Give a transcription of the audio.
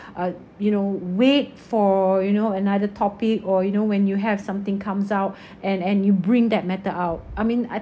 uh you know wait for you know another topic or you know when you have something comes out and and you bring that matter out I mean I